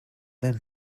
then